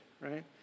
right